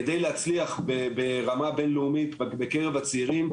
כדי להצליח ברמה בינלאומית בקרב הצעירים,